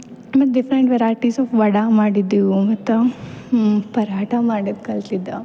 ಮತ್ತು different varieties of vada ಮಾಡಿದ್ದೆವು ಮತ್ತು ಪರಾಟ ಮಾಡದು ಕಲ್ತಿದ್ದ